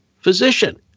physician